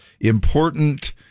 important